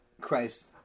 Christ